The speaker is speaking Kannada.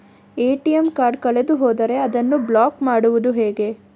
ಎ.ಟಿ.ಎಂ ಕಾರ್ಡ್ ಕಳೆದು ಹೋದರೆ ಅದನ್ನು ಬ್ಲಾಕ್ ಮಾಡುವುದು ಹೇಗೆ?